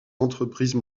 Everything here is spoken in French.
entreprises